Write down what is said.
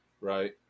Right